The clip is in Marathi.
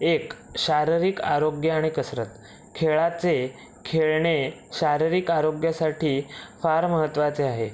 एक शारीरिक आरोग्य आणि कसरत खेळाचे खेळणे शारीरिक आरोग्यासाठी फार महत्त्वाचे आहे